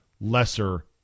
lesser